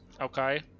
Okay